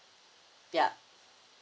yup